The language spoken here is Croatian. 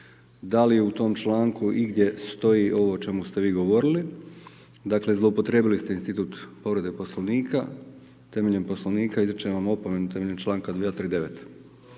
da li u tom članku igdje stoji ovo o čemu ste vi govorili. Dakle zloupotrijebili ste institut povrede Poslovnika. Temeljem Poslovnika izričem vam opomenu temeljem članka 239.